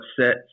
sets